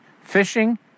fishing